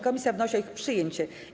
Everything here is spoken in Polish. Komisja wnosi o ich przyjęcie.